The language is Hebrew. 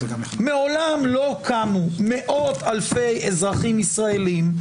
מעולם לא קמו מאות אלפי אזרחים ישראלים,